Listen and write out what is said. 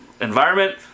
environment